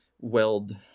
weld